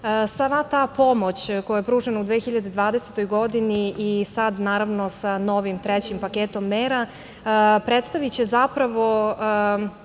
Sva ta pomoć koja je pružena u 2020. godini i sada sa novim trećim paketom mera predstaviće zapravo